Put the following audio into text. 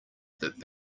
that